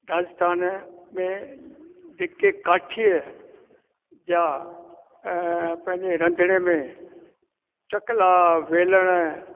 राजस्थान में जेके काठीअ जा पंहिंजे रंधिणे में चकला वेलण